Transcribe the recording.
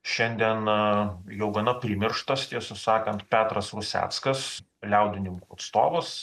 šiandien jau gana primirštas tiesą sakant petras ruseckas liaudininkų atstovas